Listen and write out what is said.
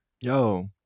Yo